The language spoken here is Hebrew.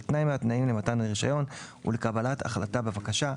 תנאי מהתנאים למתן הרישיון ולקבלת החלטה בבקשה.